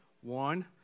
One